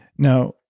now,